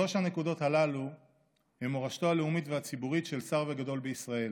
שלוש הנקודות הללו הן מורשתו הלאומית והציבורית של שר וגדול בישראל,